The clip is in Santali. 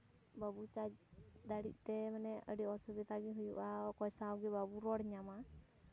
ᱵᱟᱵᱚ ᱪᱟᱨᱡᱽ ᱫᱟᱲᱮᱜ ᱛᱮ ᱟᱹᱰᱤ ᱚᱥᱩᱵᱤᱫᱟ ᱜᱮ ᱦᱩᱭᱩᱜᱼᱟ ᱚᱠᱚᱭ ᱥᱟᱶᱜᱮ ᱵᱟᱵᱚ ᱨᱚᱲ ᱧᱟᱢᱟ